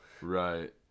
Right